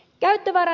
n käyttämä